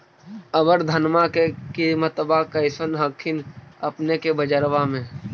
अबर धानमा के किमत्बा कैसन हखिन अपने के बजरबा में?